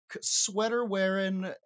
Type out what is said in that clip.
sweater-wearing